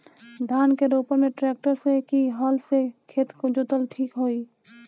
धान के रोपन मे ट्रेक्टर से की हल से खेत जोतल ठीक होई?